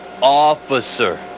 officer